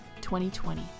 2020